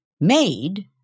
made